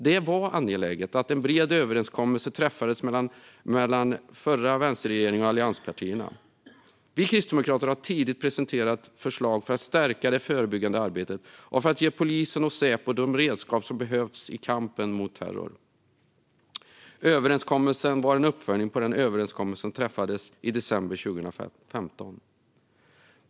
Det var angeläget att en bred överenskommelse träffades mellan den förra vänsterregeringen och allianspartierna. Vi kristdemokrater har tidigt presenterat förslag för att stärka det förebyggande arbetet och för att ge polisen och Säpo de redskap som behövs i kampen mot terror. Överenskommelsen var en uppföljning av den överenskommelse som träffades i december 2015.